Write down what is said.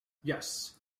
yes